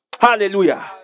Hallelujah